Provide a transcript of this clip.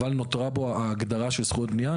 אבל נותרה בו ההגדרה של זכויות בנייה.